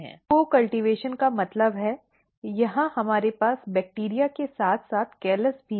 तो को कल्टीवेशन का मतलब है यहां हमारे पास बैक्टीरिया के साथ साथ कैलस भी हैं